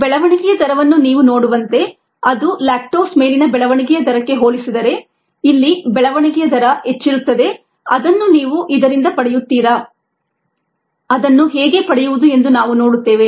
ಬೆಳವಣಿಗೆಯ ದರವನ್ನು ನೀವು ನೋಡುವಂತೆ ಅದು ಲ್ಯಾಕ್ಟೋಸ್ ಮೇಲಿನ ಬೆಳವಣಿಗೆಯ ದರಕ್ಕೆ ಹೋಲಿಸಿದರೆ ಇಲ್ಲಿ ಬೆಳವಣಿಗೆಯ ದರ ಹೆಚ್ಚಿರುತ್ತದೆ ಅದನ್ನು ನೀವು ಇದರಿಂದ ಪಡೆಯುತ್ತೀರ ಅದನ್ನು ಹೇಗೆ ಪಡೆಯುವುದು ಎಂದು ನಾವು ನೋಡುತ್ತೇವೆ